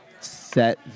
set